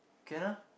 can lah